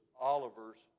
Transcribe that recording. Oliver's